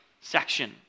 section